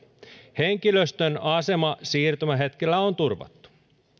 henkilöstön asema siirtymähetkellä on turvattu